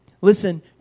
Listen